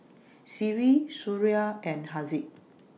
Seri Suria and Haziq